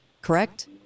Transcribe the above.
Correct